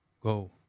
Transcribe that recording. go